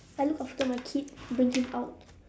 I look after my kid bring him out